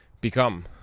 become